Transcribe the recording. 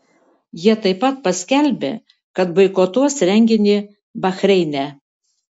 jie taip pat paskelbė kad boikotuos renginį bahreine